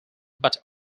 but